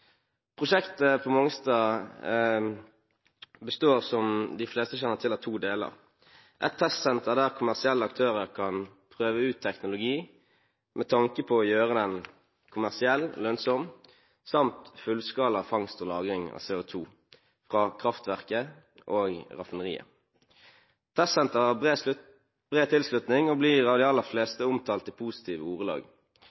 Prosjektet på Mongstad består, som de fleste kjenner til, av to deler: et testsenter, der kommersielle aktører kan prøve ut teknologi med tanke på å gjøre den kommersiell lønnsom, samt fullskala fangst og lagring av CO2 fra kraftverket og raffineriet. Testsenteret har bred tilslutning, og blir av de aller